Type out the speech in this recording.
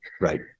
right